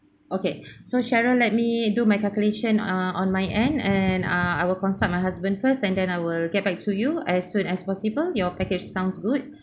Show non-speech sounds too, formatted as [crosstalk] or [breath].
okay [breath] so cheryl let me do my calculation uh on my end and ah I will consult my husband first and then I will get back to you as soon as possible your package sounds good